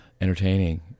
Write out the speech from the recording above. entertaining